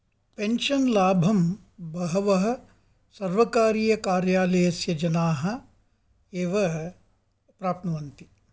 pension लाभं बहवः सर्वकारीयकार्यालयस्य जनाः एव प्राप्नुवन्ति